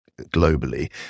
globally